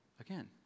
again